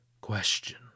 question